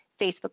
Facebook